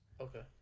Okay